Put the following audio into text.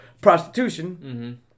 prostitution